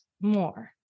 more